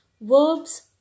verbs